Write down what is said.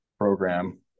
program